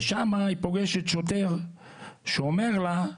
ושם היא פוגשת שוטר שאומר לה,